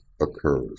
occurs